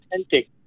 authentic